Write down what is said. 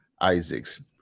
Isaacs